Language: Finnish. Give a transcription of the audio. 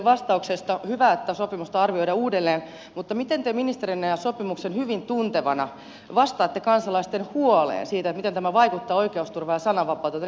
hyvä että sopimusta arvioidaan uudelleen mutta miten te ministerinä ja sopimuksen hyvin tuntevana vastaatte kansalaisten huoleen siitä miten tämä vaikuttaa oi keusturvaan ja sananvapauteen